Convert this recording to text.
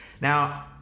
Now